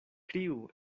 kriu